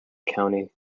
county